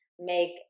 make